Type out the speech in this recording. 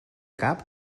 cap